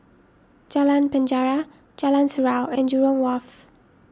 Jalan Penjara Jalan Surau and Jurong Wharf